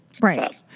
Right